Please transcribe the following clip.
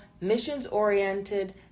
missions-oriented